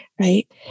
Right